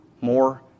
more